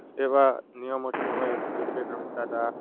એવા નિયમોથી અમે ક્રિકેટ રમતા હતા